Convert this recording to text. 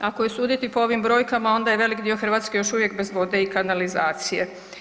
Ako je suditi po ovim brojkama onda je velik dio Hrvatske još uvijek bez vode i kanalizacije.